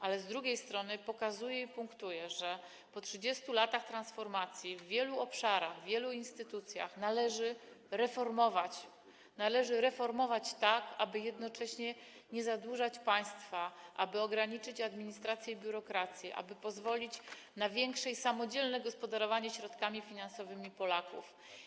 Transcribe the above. Ale, z drugiej strony, pokazuje i punktuje, że po 30 latach transformacji wiele obszarów, wiele instytucji należy reformować, należy reformować, tak aby jednocześnie nie zadłużać państwa, aby ograniczyć administrację i biurokrację, aby pozwolić na lepsze i samodzielne gospodarowanie środkami finansowymi Polaków.